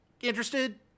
interested